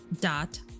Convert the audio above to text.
dot